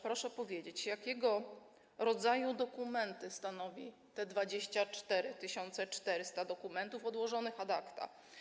Proszę powiedzieć, jakiego rodzaju dokumenty stanowi te 24 400 dokumentów odłożonych ad acta.